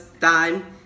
time